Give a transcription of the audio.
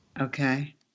Okay